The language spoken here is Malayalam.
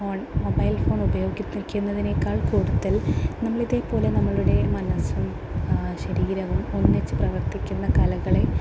ഫോൺ മൊബൈൽ ഫോൺ ഉപയോഗിക്കുന്നതിനേക്കാൾ കൂടുതൽ നമ്മളിതേപോലെ നമ്മളുടെ മനസ്സും ശരീരവും ഒന്നിച്ച് പ്രവർത്തിക്കുന്ന കലകളെ